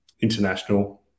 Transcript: international